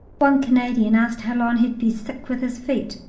one canadian asked how long he'd be sick with his feet.